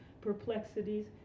perplexities